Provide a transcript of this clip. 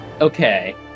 Okay